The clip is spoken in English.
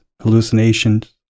hallucinations